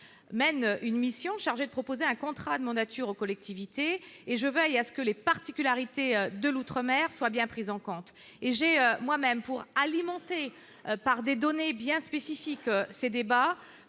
mène une mission chargée de proposer un contrat de mandature aux collectivités et je veille à ce que les particularités de l'mer soient bien prises en compte et j'ai moi- même pour alimenter par des données bien spécifique, ces débats,